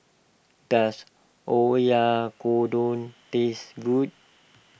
does Oyakodon taste good